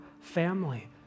family